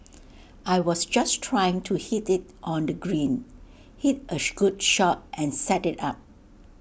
I was just trying to hit IT on the green hit A good shot and set IT up